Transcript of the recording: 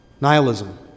Nihilism